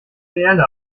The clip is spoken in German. reelle